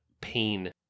pain